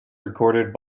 recorded